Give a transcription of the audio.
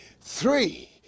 three